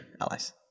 allies